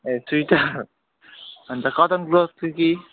ए थ्रीटा अन्त cotton clothes थियो कि